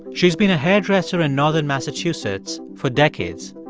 she's been a hairdresser in northern massachusetts for decades.